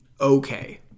okay